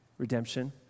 redemption